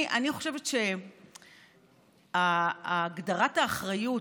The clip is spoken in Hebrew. אני חושבת שהגדרת האחריות,